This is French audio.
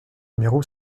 numéro